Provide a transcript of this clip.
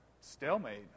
stalemate